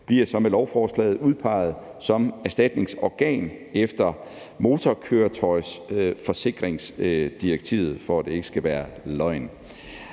bliver så med lovforslaget udpeget som erstatningsorgan efter motorkøretøjsforsikringsdirektivet, for at det ikke skal være løgn.